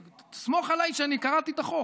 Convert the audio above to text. סמוך עליי שאני קראתי את החוק.